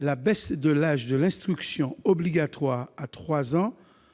La baisse de l'âge de l'instruction obligatoire à 3 ans